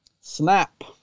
Snap